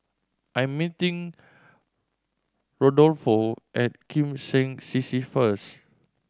I'm meeting Rodolfo at Kim Seng C C first